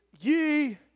ye